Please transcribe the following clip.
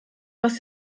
was